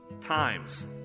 times